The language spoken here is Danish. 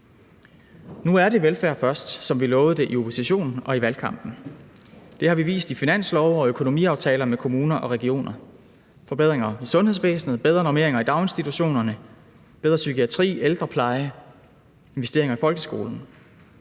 Nu er det velfærd først, som vi lovede det, da vi var i opposition og i valgkampen. Det har vi vist i finanslove og i økonomiaftaler med kommuner og regioner, forbedringer i sundhedsvæsenet, bedre normeringer i daginstitutionerne, bedre psykiatri, ældrepleje, investeringer i folkeskolen.